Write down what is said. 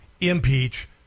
impeach